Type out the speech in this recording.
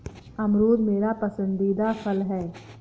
अमरूद मेरा पसंदीदा फल है